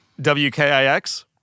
WKIX